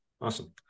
Awesome